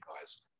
guys